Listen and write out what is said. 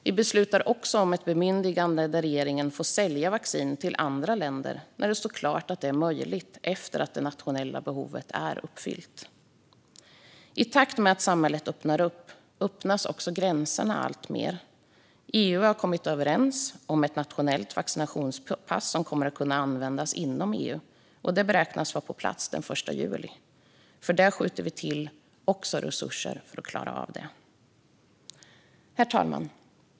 Vi beslutar också om ett bemyndigande där regeringen får sälja vaccin till andra länder när det står klart att det är möjligt efter att det nationella behovet är uppfyllt. I takt med att samhället öppnar upp öppnas också gränserna alltmer. EU har kommit överens om ett nationellt vaccinationspass som kommer att kunna användas inom EU. Det beräknas vara på plats den 1 juli. För att klara av det skjuter vi också till resurser. Herr talman!